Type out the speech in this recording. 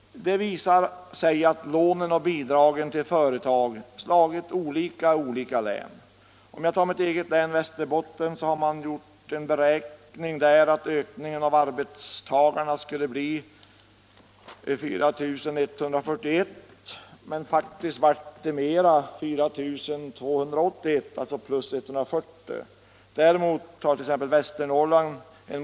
Det visar sig att lånen och bidragen till företag slagit olika i olika län. Beträffande mitt eget län Västerbotten har man gjort en beräkning att ökningen av arbetstagarna skulle bli 4 141, men det blev faktiskt 4 281 — alltså 140 mer än beräknat. Däremot har utvecklingen varit den motsatta i exempelvis Västernorrlands län.